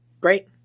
Great